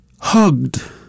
hugged